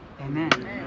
Amen